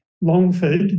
Longford